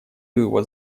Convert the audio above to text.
его